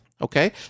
okay